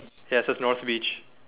ya so it's north beach